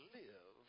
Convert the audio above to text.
live